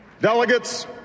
delegates